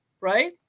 Right